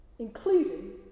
including